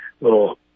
little